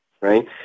right